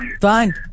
Fine